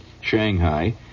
Shanghai